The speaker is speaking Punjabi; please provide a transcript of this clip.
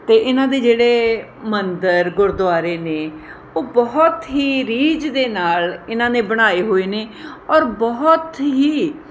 ਅਤੇ ਇਹਨਾਂ ਦੇ ਜਿਹੜੇ ਮੰਦਰ ਗੁਰਦੁਆਰੇ ਨੇ ਉਹ ਬਹੁਤ ਹੀ ਰੀਝ ਦੇ ਨਾਲ਼ ਇਹਨਾਂ ਨੇ ਬਣਾਏ ਹੋਏ ਨੇ ਔਰ ਬਹੁਤ ਹੀ